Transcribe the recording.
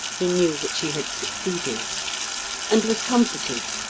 he knew that she had succeeded and was comforted,